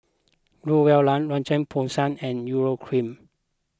Growell La Roche Porsay and Urea Cream